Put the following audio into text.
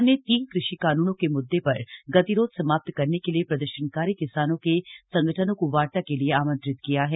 सरकार ने तीन कृषि कानूनों के मुद्दे पर गतिरोध समाप्त करने के लिए प्रदर्शनकारी किसानों के संगठनों को वार्ता के लिए आमंत्रित किया है